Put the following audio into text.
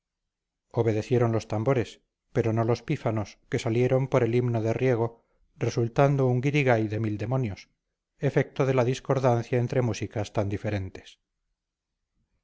obedecieron los tambores pero no los pífanos que salieron por el himno de riego resultando un guirigay de mil demonios efecto de la discordancia entre músicas tan diferentes